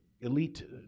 elite